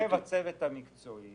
יושב הצוות המקצועי